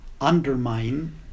undermine